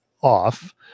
off